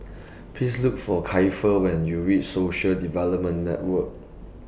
Please Look For Kiefer when YOU REACH Social Development Network